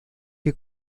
que